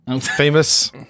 Famous